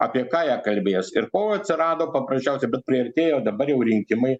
apie ką ją kalbės ir o atsirado paprasčiausia bet priartėjo dabar jau rinkimai